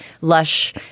lush